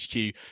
HQ